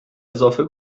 اضافه